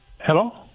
hello